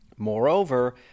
Moreover